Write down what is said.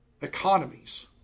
economies